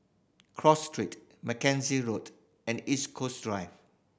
Cross Street Magazine Road and East Coast Drive